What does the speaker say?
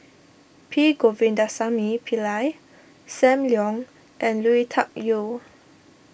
P Govindasamy Pillai Sam Leong and Lui Tuck Yew